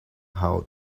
how